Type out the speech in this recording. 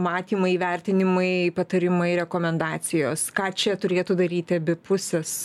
matymai vertinimai patarimai rekomendacijos ką čia turėtų daryti abi pusės